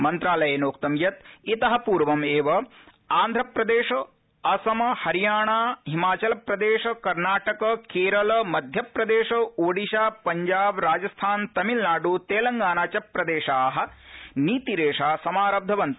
मन्त्रालयेनोक्तं यत् इत पूर्वम् वि आन्ध्रप्रदेश असम हरियाणा हिमाचलप्रदेश कर्नाटक केरल मध्यप्रदेश ओडिशा पंजाब राजस्थान तमिलनाडु तेलंगाना च प्रदेशा नीतिरेषा समारब्धवन्त